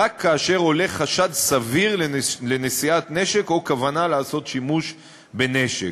רק כאשר עולה חשד סביר לנשיאת נשק או לכוונה לעשות שימוש בנשק.